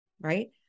Right